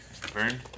Burn